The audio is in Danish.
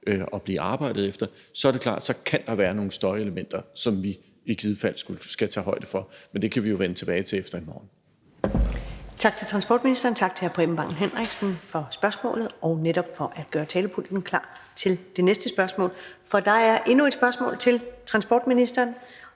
der bliver arbejdet efter. Så er det klart, at der kan være nogle støjelementer, som vi i givet fald skal tage højde for. Men det kan vi jo vende tilbage til efter i morgen. Kl. 14:19 Første næstformand (Karen Ellemann): Tak til transportministeren. Og tak til hr. Preben Bang Henriksen for spørgsmålet og for at gøre talepulten klar til den næste spørger. Der er endnu et spørgsmål til transportministeren,